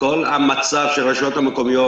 כל המצב של הרשויות המקומיות,